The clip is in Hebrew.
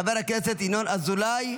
חבר הכנסת ינון אזולאי,